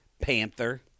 Panther